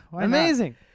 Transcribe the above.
Amazing